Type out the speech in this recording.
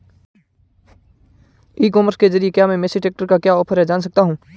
ई commerce के ज़रिए क्या मैं मेसी ट्रैक्टर का क्या ऑफर है जान सकता हूँ?